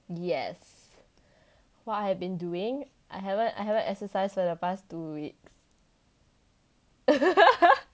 yes what I have been doing I haven't I haven't exercise for the past two weeks